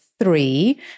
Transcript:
three